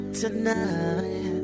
tonight